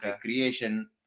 creation